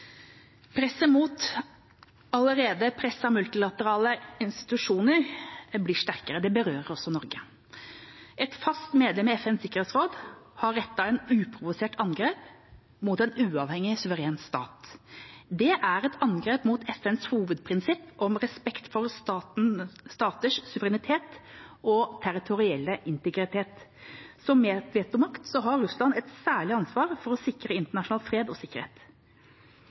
Presset mot allerede pressede multilaterale institusjoner blir sterkere. Det berører også Norge. Et fast medlem i FNs sikkerhetsråd har rettet et uprovosert angrep mot en uavhengig suveren stat. Det er et angrep mot FNs hovedprinsipp om respekt for staters suverenitet og territorielle integritet. Som vetomakt har Russland et særlig ansvar for å sikre internasjonal fred og sikkerhet,